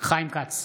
חיים כץ,